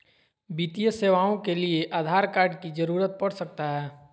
वित्तीय सेवाओं के लिए आधार कार्ड की जरूरत पड़ सकता है?